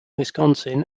wisconsin